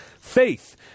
faith